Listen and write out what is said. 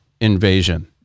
invasion